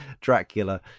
Dracula